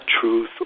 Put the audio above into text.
truth